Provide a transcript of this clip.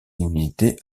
unités